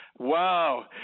Wow